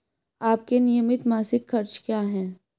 आपके नियमित मासिक खर्च क्या हैं?